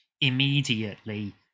immediately